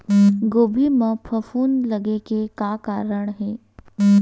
गोभी म फफूंद लगे के का कारण हे?